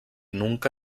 nunca